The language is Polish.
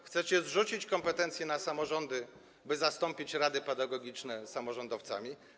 Chcecie zrzucić kompetencje na samorządy, by zastąpić rady pedagogiczne samorządowcami.